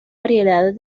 variedad